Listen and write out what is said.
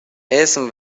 اسم